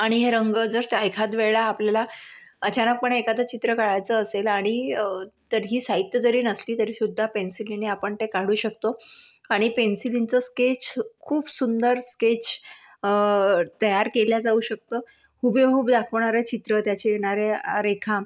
आणि हे रंग जर त्या एखाद वेळेला आपल्याला अचानक पणे एखादं चित्र काढायचं असेल आणि तर ही साहित्य जरी नसली तरी सुद्धा पेन्सिलीने आपण ते काढू शकतो आणि पेन्सिलींचं स्केच खूप सुंदर स्केच तयार केले जाऊ शकतं हुबेहूब दाखवणारं चित्र त्याचे येणाऱ्या रेखा